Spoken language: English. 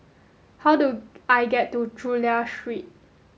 how do I get to Chulia Street